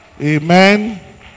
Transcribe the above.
amen